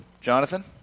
Jonathan